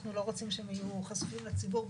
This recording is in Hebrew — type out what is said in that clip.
שאנחנו לא רוצים שהם יהיו חשופים לציבור.